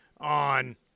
on